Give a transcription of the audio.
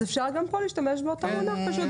אפשר גם כאן להשתמש במונח הזה.